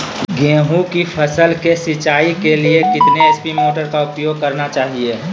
गेंहू की फसल के सिंचाई के लिए कितने एच.पी मोटर का उपयोग करना चाहिए?